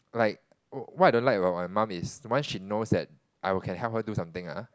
like what I don't like about my mum is once she that knows that I will can help her do something ah